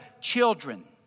children